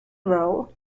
roll